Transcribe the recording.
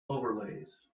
overlays